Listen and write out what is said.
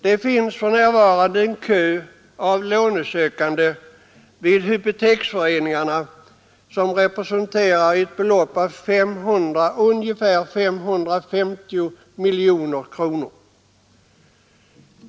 Det finns för närvarande en kö av lånesökande vid hypoteksföreningarna som representerar ett belopp av ungefär 550 miljoner kronor.